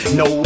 no